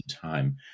time